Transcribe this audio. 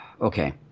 okay